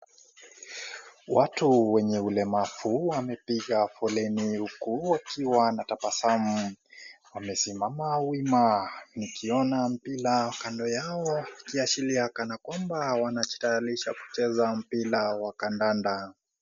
Watu wenye ulemavu wamepiga foleni huku wakiwa na tabasamu. Wamesimama wima. Nikiona mpira kando yao kiashiria kana kwamba wanajitayarisha kucheza mpira wa kandanda.